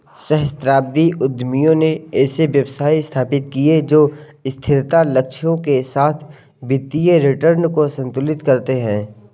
सहस्राब्दी उद्यमियों ने ऐसे व्यवसाय स्थापित किए जो स्थिरता लक्ष्यों के साथ वित्तीय रिटर्न को संतुलित करते हैं